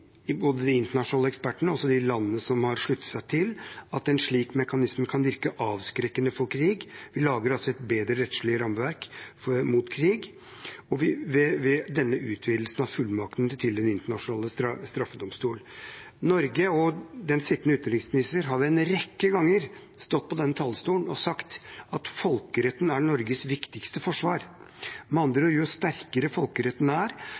internasjonale ekspertene og også de landene som har sluttet seg til, at en slik mekanisme kan virke avskrekkende på krig. Vi lager altså et bedre rettslig rammeverk mot krig ved denne utvidelsen av fullmaktene til Den internasjonale straffedomstolen. Norge ved den sittende utenriksminister har en rekke ganger stått på denne talerstolen og sagt at folkeretten er Norges viktigste forsvar. Med andre ord: Jo sterkere folkeretten er,